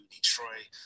Detroit